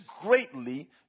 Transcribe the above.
greatly